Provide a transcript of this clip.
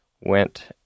went